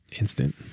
Instant